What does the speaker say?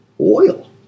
Oil